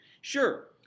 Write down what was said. Sure